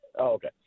okay